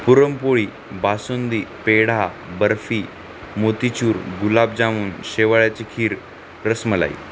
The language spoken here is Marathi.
पुरणपोळी बासुंदी पेढा बर्फी मोतीचूर गुलाबजामुन शेवाळ्याची खीर रसमलाई